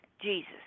jesus